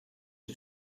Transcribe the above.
who